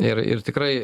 ir ir tikrai